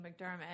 McDermott